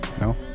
No